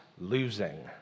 losing